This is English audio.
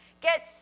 Get